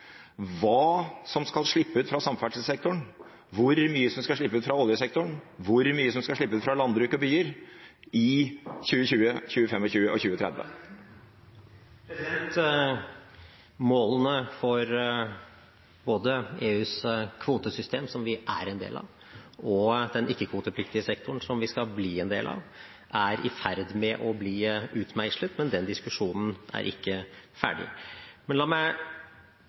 hva som skal slippe ut fra samferdselssektoren, hvor mye som skal slippe ut fra oljesektoren, hvor mye som skal slippe ut fra landbruk og byer, i 2020, 2025 og 2030? Målene for både EUs kvotesystem, som vi er en del av, og den ikke-kvotepliktige sektoren, som vi skal bli en del av, er i ferd med å bli utmeislet, men den diskusjonen er ikke ferdig. Men la meg